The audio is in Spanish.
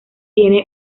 tiene